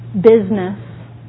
business